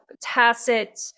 tacit